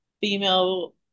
female